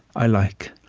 i like.